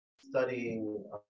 studying